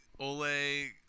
Ole